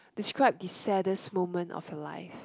describe the saddest moment of your life